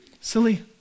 silly